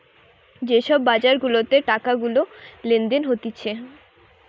যে সব বাজার গুলাতে টাকা গুলা লেনদেন হতিছে